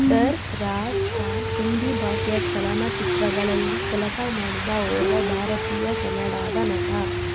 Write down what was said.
ಸರ್ಫ್ರಾಜ್ ಖಾನ್ ಹಿಂದಿ ಭಾಷೆಯ ಚಲನಚಿತ್ರಗಳಲ್ಲಿ ಕೆಲಸ ಮಾಡಿದ ಓರ್ವ ಭಾರತೀಯ ಕೆನಡಾದ ನಟ